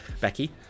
Becky